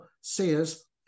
Sears